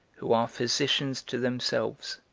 who are physicians to themselves.